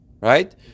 Right